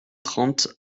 trente